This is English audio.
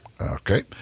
Okay